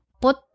put